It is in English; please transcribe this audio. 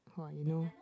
how I know